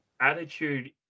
Attitude